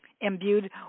Imbued